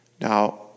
Now